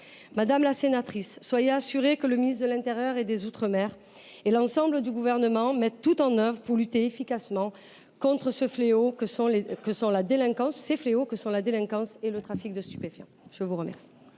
Madame la sénatrice, soyez assurée que le ministre de l’intérieur et des outre mer et l’ensemble du Gouvernement mettent tout en œuvre pour lutter efficacement contre ces fléaux que sont la délinquance et le trafic de stupéfiants. La parole